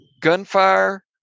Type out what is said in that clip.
gunfire